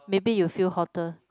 maybe you feel hotter